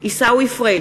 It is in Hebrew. עיסאווי פריג'